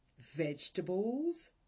vegetables